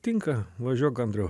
tinka važiuok andriau